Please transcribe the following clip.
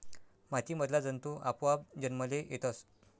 माती मधला जंतु आपोआप जन्मले येतस